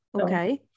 okay